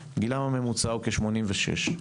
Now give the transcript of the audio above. גילם הממוצע הוא כ-86.